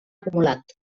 acumulat